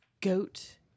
goat